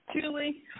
Julie